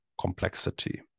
complexity